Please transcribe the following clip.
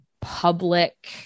public